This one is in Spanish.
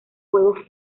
juegos